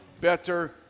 better